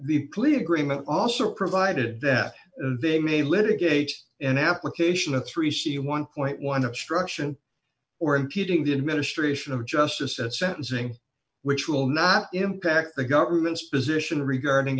the clear agreement also provided that they may litigate an application of three she one dollar obstruction or impeding the administration of justice at sentencing which will not impact the government's position regarding